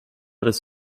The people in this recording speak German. das